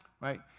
right